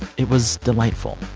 it was delightful,